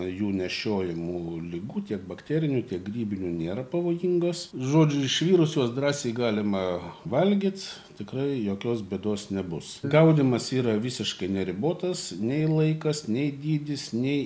jų nešiojamų ligų tiek bakterinių tiek grybinių nėra pavojingos žodžiu išvirus juos drąsiai galima valgyt tikrai jokios bėdos nebus gaudymas yra visiškai neribotas nei laikas nei dydis nei